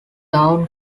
town